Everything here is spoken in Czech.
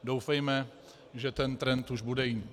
Doufejme, že ten trend už bude jiný.